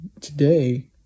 today